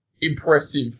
impressive